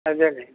అదేలేండి